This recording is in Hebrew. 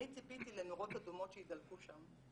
ואני ציפיתי לנרות אדומות שידלקו שם.